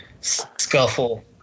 scuffle